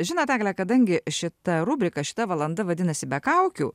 žinot eglę kadangi šita rubrika šita valanda vadinasi be kaukių